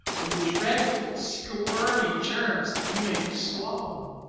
or the dreadful, squirmy germs that you may be swallowing.